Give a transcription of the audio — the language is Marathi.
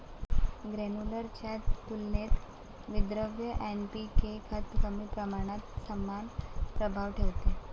ग्रेन्युलर च्या तुलनेत विद्रव्य एन.पी.के खत कमी प्रमाणात समान प्रभाव ठेवते